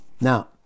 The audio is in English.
Now